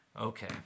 Okay